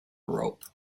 rope